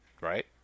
right